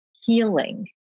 healing